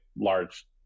large